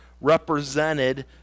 represented